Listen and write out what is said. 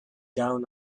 down